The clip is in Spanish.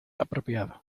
apropiado